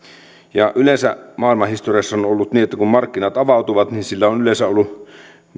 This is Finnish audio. yleensä maailmanhistoriassa on ollut niin että kun markkinat avautuvat sillä on yleensä ollut